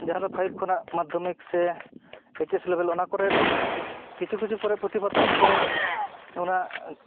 ᱡᱟᱦᱟᱸᱫᱚ ᱯᱷᱟᱭᱤᱵᱽ ᱠᱷᱚᱱᱟᱜ ᱢᱟᱫᱽᱫᱷᱚᱢᱤᱠ ᱥᱮ ᱮᱭᱤᱪ ᱮᱥ ᱞᱮᱵᱮᱞ ᱚᱱᱟᱠᱚᱨᱮ ᱠᱤᱪᱷᱩ ᱠᱤᱪᱷᱩ ᱠᱚᱨᱮ ᱯᱩᱛᱷᱤ ᱯᱟᱛᱟᱢ ᱠᱚ ᱚᱱᱟ